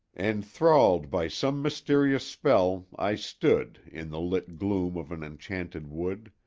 enthralled by some mysterious spell, i stood in the lit gloom of an enchanted wood.